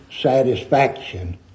satisfaction